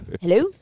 Hello